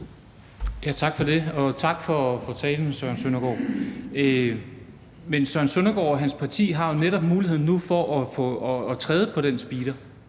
tak for talen, vil jeg sige til hr. Søren Søndergaard. Men hr. Søren Søndergaard og hans parti har jo netop nu muligheden for at træde på den speeder,